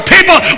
People